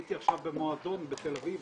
הייתי עכשיו במועדון בתל אביב,